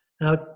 Now